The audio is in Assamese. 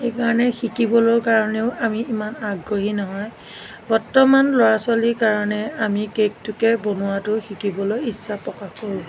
সেইকাৰণে শিকিবলৈয়ো কাৰণে আমি ইমান আগ্ৰহী নহয় বৰ্তমান ল'ৰা ছোৱালীৰ কাৰণে আমি কেকটোকে বনোৱাটো শিকিবলৈ ইচ্ছা প্ৰকাশ কৰোঁ